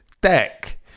deck